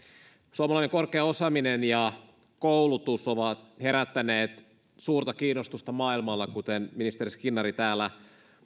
suomalainen korkea osaaminen ja koulutus ovat herättäneet suurta kiinnostusta maailmalla kuten ministeri skinnari täällä